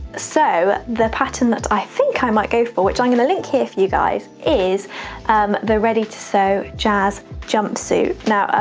so, the pattern that i think i might go for, which i'm gonna link here for you guys is um the ready to sew jazz jumpsuit. now,